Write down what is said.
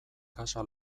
casa